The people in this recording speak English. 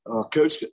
Coach